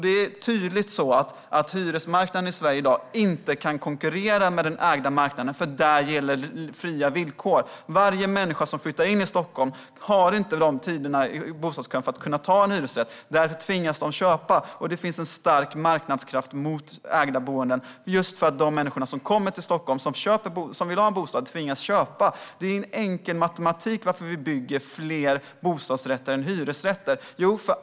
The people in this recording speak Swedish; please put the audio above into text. Det är tydligt att hyresmarknaden i Sverige i dag inte kan konkurrera med den ägda marknaden, därför att fria villkor gäller där. Alla människor som flyttar in i Stockholm har inte tillräcklig tid i bostadskön för att kunna få en hyresrätt. Därför tvingas de att köpa. Det finns en stark marknadskraft mot ägda boenden just för att de människor som kommer till Stockholm och vill ha en bostad tvingas att köpa den. Det ligger enkel matematik bakom att vi bygger fler bostadsrätter än hyresrätter.